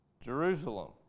Jerusalem